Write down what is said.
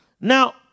Now